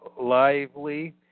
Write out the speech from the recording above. lively